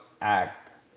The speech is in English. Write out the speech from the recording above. Act